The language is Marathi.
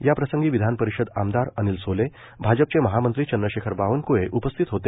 याप्रसंगी विधानपरिषद आमदार अनिल सोले भाजपचे महामंत्री चंद्रशेखर बावनक्ळे उपस्थित होते